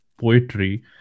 poetry